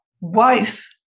wife